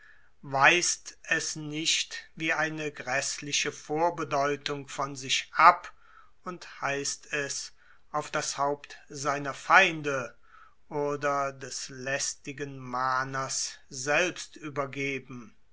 weist es nicht wie eine gräßliche vorbedeutung von sich ab und heißt es auf das haupt seiner feinde oder des lässigen mahners selbst übergeben